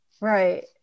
Right